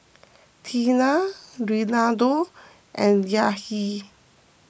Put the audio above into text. Tiana Reinaldo and Yahir